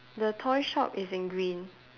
the toy shop is in green